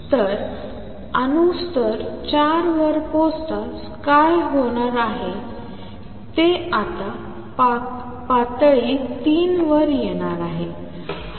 तर अणू स्तर 4 वर पोहोचताच काय होणार आहे ते आता पातळी 3 वर येणार आहेत